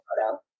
photo